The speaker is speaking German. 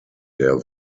der